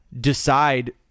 decide